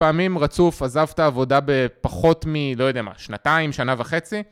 פעמים רצוף עזב את העבודה בפחות, מלא יודע, מה שנתיים, שנה וחצי